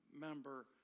member